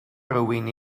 rywun